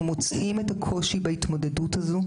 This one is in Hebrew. אנחנו מוצאים את הקושי בהתמודדות הזו.